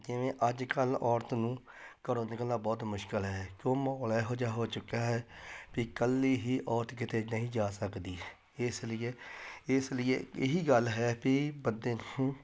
ਜਿਵੇਂ ਅੱਜ ਕੱਲ੍ਹ ਔਰਤ ਨੂੰ ਘਰੋਂ ਨਿਕਲਣਾ ਬਹੁਤ ਮੁਸ਼ਕਿਲ ਹੈ ਕਿਉਂ ਮਾਹੌਲ ਇਹੋ ਜਿਹਾ ਹੋ ਚੁੱਕਿਆ ਹੈ ਵੀ ਇਕੱਲੀ ਹੀ ਔਰਤ ਕਿਤੇ ਨਹੀਂ ਜਾ ਸਕਦੀ ਇਸ ਲਈ ਇਸ ਲਈ ਇਹੀ ਗੱਲ ਹੈ ਵੀ ਬੰਦੇ ਨੂੰ